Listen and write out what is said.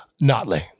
Notley